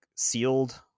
sealed